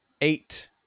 eight